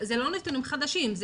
הם לא נתונים חדשים,